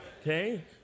okay